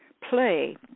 play